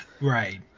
Right